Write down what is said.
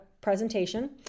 presentation